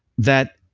that